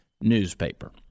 newspaper